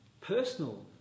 personal